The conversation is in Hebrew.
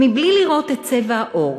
מבלי לראות את צבע האור,